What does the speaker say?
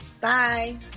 Bye